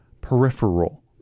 peripheral